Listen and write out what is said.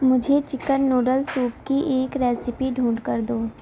مجھے chicken noodle soup کی ایک ریسیپی ڈھونڈ کر دو